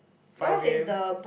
five a_m